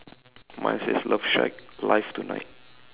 mine says love shack live tonight